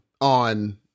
on